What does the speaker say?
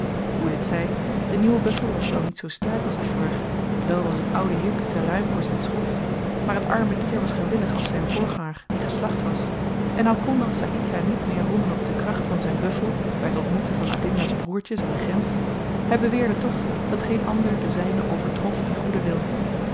hoe dit zy de nieuwe buffel was wel niet zoo sterk als de vorige wel was t oude juk te ruim voor zyn schoft maar t arme dier was gewillig als zyn voorganger die geslacht was en al kon dan saïdjah niet meer roemen op de kracht van zyn buffel by t ontmoeten van adinda's broertjes aan de grens hy beweerde toch dat geen ander den zynen overtrof in goeden wil